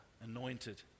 anointed